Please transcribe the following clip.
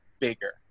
bigger